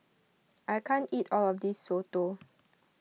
I can't eat all of this Soto